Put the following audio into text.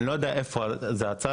אז אני לא יודע איפה זה נעצר.